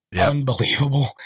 Unbelievable